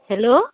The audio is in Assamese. হেল্ল'